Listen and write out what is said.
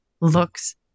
looks